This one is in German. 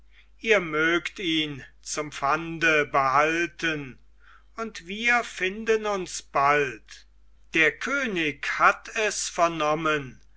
ihr mögt ihn zum pfande behalten und wir finden uns bald der könig hat es vernommen